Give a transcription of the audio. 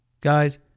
guys